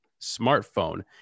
smartphone